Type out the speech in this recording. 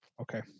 Okay